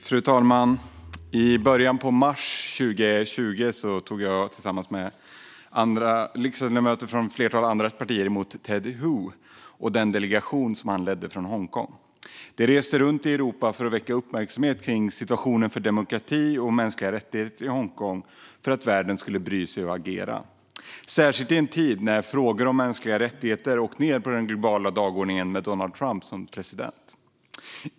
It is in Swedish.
Fru talman! I början av mars 2020 tog jag tillsammans med riksdagsledamöter från ett flertal andra partier emot Ted Hui och den delegation från Hongkong som han ledde. De reste runt i Europa för att väcka uppmärksamhet för situationen för demokrati och mänskliga rättigheter i Hongkong för att världen skulle bry sig och agera, särskilt i en tid när frågor om mänskliga rättigheter hade åkt ned på den globala dagordningen med Donald Trump som president.